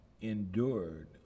endured